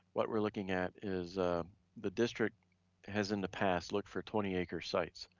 what we're looking at is the district has in the past looked for twenty acre sites,